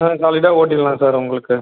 ஆ சாலிடாக ஓட்டிக்கலாம் சார் உங்களுக்கு